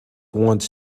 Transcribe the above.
wants